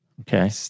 Okay